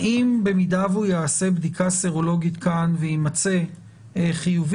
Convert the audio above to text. האם במידה שהוא יעשה בדיקה סרולוגית כאן ויימצא חיובי,